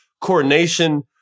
coordination